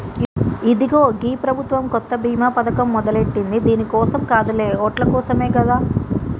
ఇదిగో గీ ప్రభుత్వం కొత్త బీమా పథకం మొదలెట్టింది దీని కోసం కాదులే ఓట్ల కోసమే కదా